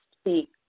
speak